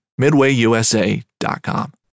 MidwayUSA.com